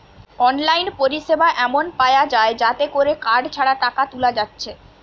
online পরিসেবা এমন পায়া যায় যাতে কোরে কার্ড ছাড়া টাকা তুলা যাচ্ছে